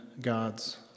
God's